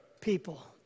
people